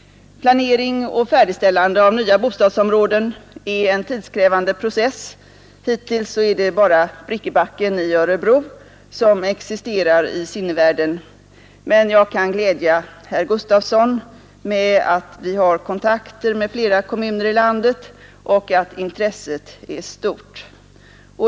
Planering och färdigställande av nya bostadsområden är en tidskrävande process. Hittills är det bara Brickebacken i Örebro som existerar i sinnevärden, men jag kan glädja herr Gustavsson med att vi har kontakter med flera kommuner i landet och att intresset är stort.